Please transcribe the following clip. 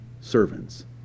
servants